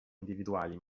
individuali